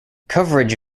coverage